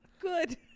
good